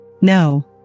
No